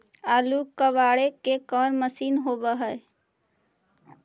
आलू कबाड़े के कोन मशिन होब है?